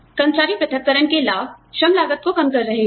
कर्मचारी पृथक्करण के लाभ श्रम लागत को कम कर रहे हैं